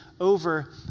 over